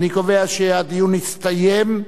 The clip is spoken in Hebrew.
אני קובע שהדיון הסתיים,